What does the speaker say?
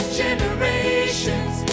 generations